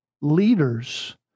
leaders